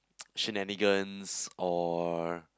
shenanigans or